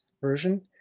Version